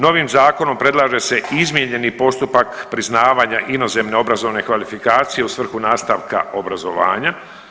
Novim zakonom predlaže se i izmijenjeni postupak priznavanja inozemne, obrazovne kvalifikacije u svrhu nastavka obrazovanja.